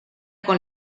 con